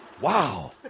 Wow